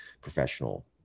professional